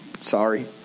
Sorry